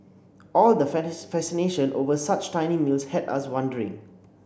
all the fascination over such tiny meals had us wondering